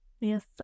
Yes